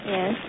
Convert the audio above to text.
Yes